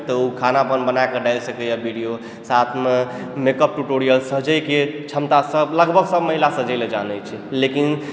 तऽ ऊ खाना बना कए डालि सकैए वीडियो साथमऽ मेकअप टिटोरियल सजयके क्षमता लगभग सब महिला सजय लए जानय छै लेकिन